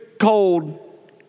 cold